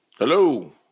Hello